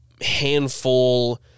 handful